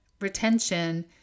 retention